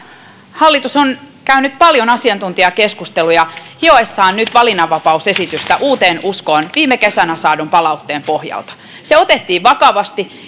hallitus on käynyt paljon asiantuntijakeskusteluja hioessaan nyt valinnanvapausesitystä uuteen uskoon viime kesänä saadun palautteen pohjalta se otettiin vakavasti